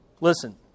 Listen